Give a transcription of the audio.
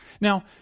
Now